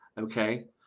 Okay